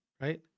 Right